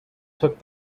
took